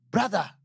Brother